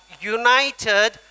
united